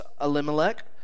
Elimelech